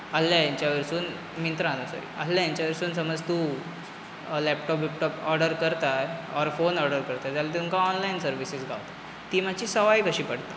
अहल्या हेंच्या वयरसून मिंत्रान आसूं अहल्या हेंच्या वयरसून समज तूं लॅपटॉप बिबटॉप ऑर्डर करताय ऑर फोन ऑर्डर करताय जाल्यार तुमकां ऑनलायन सर्विसीस गावता ती मात्शी सवाय कशी पडटा